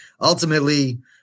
Ultimately